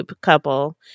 couple